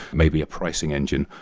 maybe a pricing engine.